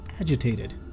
agitated